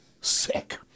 Sick